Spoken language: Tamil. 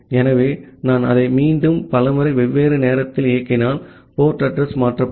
ஆகவே நான் அதை மீண்டும் பல முறை வெவ்வேறு நேரத்தில் இயக்கினால் போர்ட் அட்ரஸ் மாற்றப்படும்